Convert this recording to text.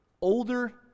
older